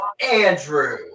Andrew